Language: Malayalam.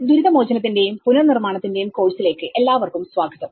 ദുരിതമോചനത്തിന്റെയും പുനർനിർമ്മാണത്തിന്റെയും കോഴ്സിലേക്ക് എല്ലാവർക്കും സ്വാഗതം